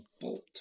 Bolt